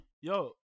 Yo